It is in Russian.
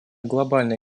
глобальная